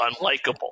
unlikable